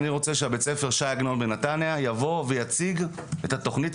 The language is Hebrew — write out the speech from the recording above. אני רוצה שבית ספר שי עגנון בנתניה יבוא ויציג את התוכנית